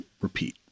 repeat